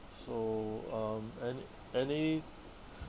so um any any